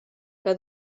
que